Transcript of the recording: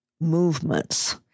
movements